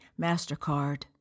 MasterCard